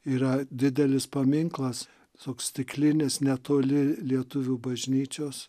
yra didelis paminklas toks stiklinis netoli lietuvių bažnyčios